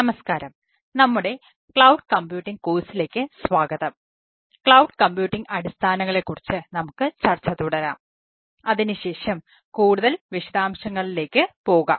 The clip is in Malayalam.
നമസ്കാരം നമ്മുടെ ക്ലൌഡ് കമ്പ്യൂട്ടിംഗ് അടിസ്ഥാനങ്ങളെ കുറിച്ച് നമുക്ക് ചർച്ച തുടരാം അതിനുശേഷം കൂടുതൽ വിശദാംശങ്ങളിലേക്ക് പോകാം